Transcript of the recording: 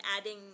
adding